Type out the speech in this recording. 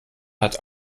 hat